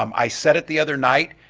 um i said it the other night,